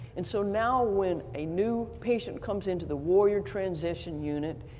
and so now when a new patient comes into the warrior transition unit,